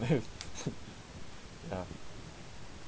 ya